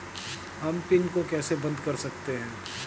हम पिन को कैसे बंद कर सकते हैं?